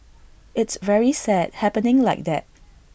it's very sad happening like that